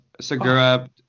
Segura